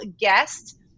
guest